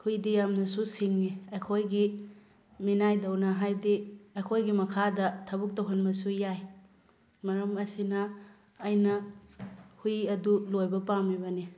ꯍꯨꯏꯗꯤ ꯌꯥꯝꯅꯁꯨ ꯁꯤꯡꯉꯤ ꯑꯩꯈꯣꯏꯒꯤ ꯃꯤꯅꯥꯏꯗꯧꯅ ꯍꯥꯏꯕꯗꯤ ꯑꯩꯈꯣꯏꯒꯤ ꯃꯈꯥꯗ ꯊꯕꯛ ꯇꯧꯍꯟꯕꯁꯨ ꯌꯥꯏ ꯃꯔꯝ ꯑꯁꯤꯅ ꯑꯩꯅ ꯍꯨꯏ ꯑꯗꯨ ꯂꯣꯏꯕ ꯄꯥꯝꯃꯤꯕꯅꯤ